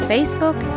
Facebook